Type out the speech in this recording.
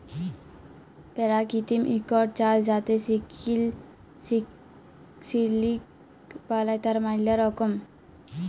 পেরাকিতিক ইকট চাস যাতে সিলিক বালাই, তার ম্যালা রকম